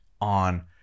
on